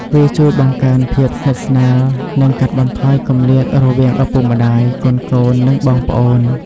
វាជួយបង្កើនភាពស្និទ្ធស្នាល និងកាត់បន្ថយគម្លាតរវាងឪពុកម្ដាយ កូនៗ និងបងប្អូន ។